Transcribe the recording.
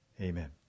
Amen